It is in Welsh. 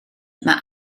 mae